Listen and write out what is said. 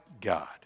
God